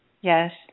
Yes